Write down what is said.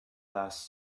last